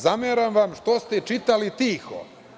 Zameram vam što ste čitali tiho.